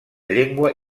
llengua